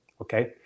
Okay